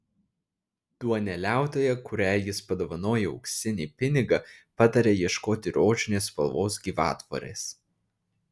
duoneliautoja kuriai jis padovanoja auksinį pinigą pataria ieškoti rožinės spalvos gyvatvorės